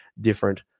different